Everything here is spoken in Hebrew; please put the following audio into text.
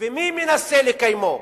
ומי מנסה לקיימו?